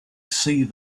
see